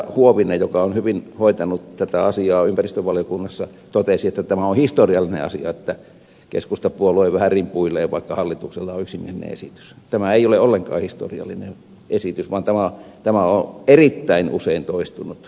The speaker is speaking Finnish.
huovinen joka on hyvin hoitanut tätä asiaa ympäristövaliokunnassa totesi että tämä on historiallinen asia että keskustapuolue vähän rimpuilee vaikka hallituksella on yksimielinen esitys tämä ei ole ollenkaan historiallinen esitys vaan tämä on erittäin usein toistunut näytelmä